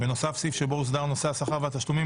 ונוסף סעיף שבו הוסדר נושא השכר והתשלומים